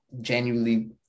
genuinely